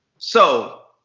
so